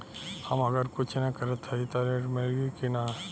हम अगर कुछ न करत हई त ऋण मिली कि ना?